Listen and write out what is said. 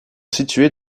situées